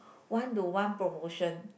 one to one promotion